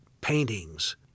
paintings